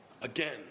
Again